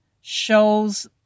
shows